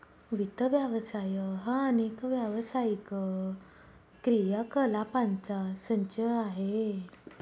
वित्त व्यवसाय हा अनेक व्यावसायिक क्रियाकलापांचा संच आहे